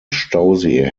stausee